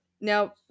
now